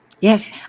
Yes